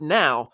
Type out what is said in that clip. now